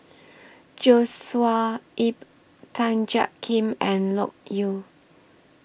Joshua Ip Tan Jiak Kim and Loke Yew